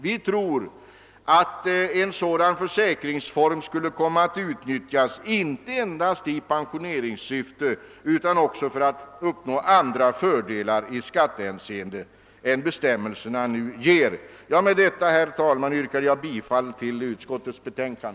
Vi tror att en sådan försäkringsform skulle komma att utnyttjas inte endast i pensioneringssyfte utan också för att uppnå andra fördelar i skattehänseende än bestämmelserna nu ger. Med dessa ord, herr talman, yrkar jag bifall till utskottets hemställan.